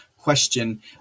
Question